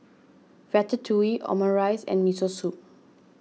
Ratatouille Omurice and Miso Soup